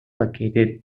located